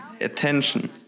attention